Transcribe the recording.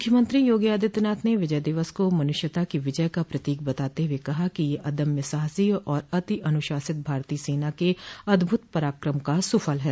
मुख्यमंत्री योगी आदित्यनाथ ने विजय दिवस को मनुष्यता की विजय का प्रतीक बताते हुए कहा कि यह अद्म्य साहसी और अति अनुशासित भारतीय सेना के अद्भुत पराक्रम का सुफल है